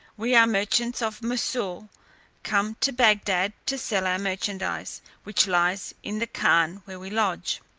we are merchants of moussol come to bagdad to sell our merchandize, which lies in the khan where we lodge.